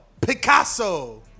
Picasso